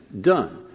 done